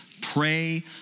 Pray